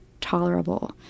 tolerable